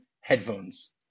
headphones